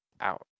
Out